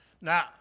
Now